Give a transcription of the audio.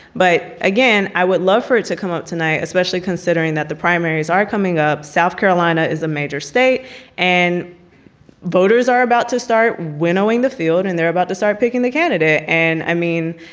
but again, i would love for it to come out tonight, especially considering that the primaries are coming up. south carolina is a major state and voters are about to start winnowing the field and they're about to start picking the candidate. and i mean,